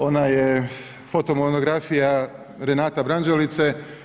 Ona je fotomonografija Renata Branđelice.